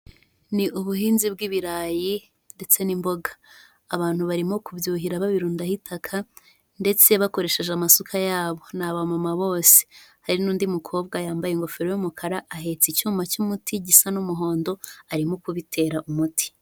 Ni ubuhinzi bw'ibirayi ndetse n'imboga. Abantu barimo kubyuhira babirundaho itaka ndetse bakoresheje amasuka yabo. Ni abamama bose. Hari n'undi mukobwa yambaye ingofero y'umukara ahetse icyuma cy'umuti gisa n'umuhondo, arimo kubitera umuti.